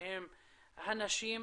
שהם הנשים,